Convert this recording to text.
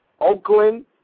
Oakland